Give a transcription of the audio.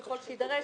ככל שיידרש,